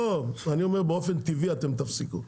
לא, אני אומר באופן טבעי אתם תפסיקו.